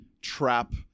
trap